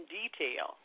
detail